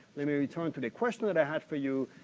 let me return to the question that i had for you.